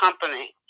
company